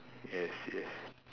yes yes